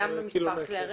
גם במספר כלי הרכב.